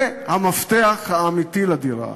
זה המפתח האמיתי לדירה.